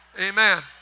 Amen